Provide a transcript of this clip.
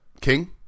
King